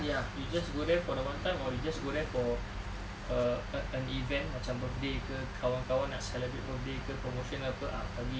ya you just go there for the one time or you just go there for a an event macam birthday ke kawan-kawan nak celebrate birthday promotions ke ah probably